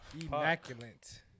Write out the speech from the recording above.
immaculate